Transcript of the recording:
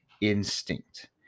instinct